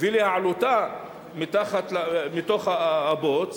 ולהעלותה מתוך הבוץ,